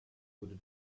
wurde